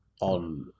on